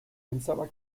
pensaba